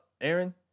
Aaron